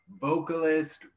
vocalist